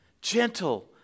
Gentle